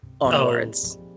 onwards